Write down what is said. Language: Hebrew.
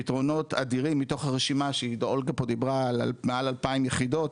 פתרונות אדירים מתוך הרשימה שאולגה פה דיברה על מעל 2,000 יחידות,